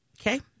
Okay